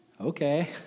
Okay